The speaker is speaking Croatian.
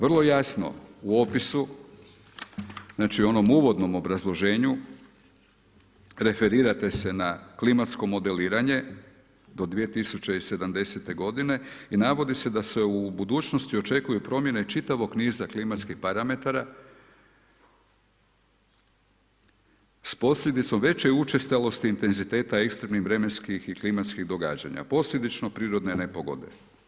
Vrlo jasno u opisu, znači u onom uvodnom obrazloženju, referirate se na klimatsko modeliranje, do 2070. g. i navodi se da se u budućnosti očekuju promjene čitavog niza klimatskih parametara, s posljedicom veće učestalosti, intenziteta, eksternih, vremenskih i klimatskih odgađanja, posljedično prirodne nepogode.